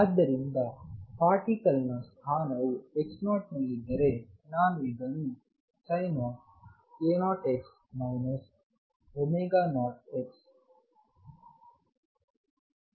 ಆದ್ದರಿಂದ ಪಾರ್ಟಿಕಲ್ ನ ಸ್ಥಾನವು x0 ನಲ್ಲಿದ್ದರೆ ನಾನು ಇದನ್ನು Sink0x 0x e 22